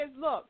Look